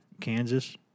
Kansas